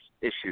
issues